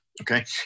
okay